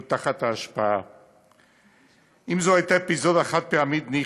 אילו הייתה זו אפיזודה חד-פעמית, ניחא,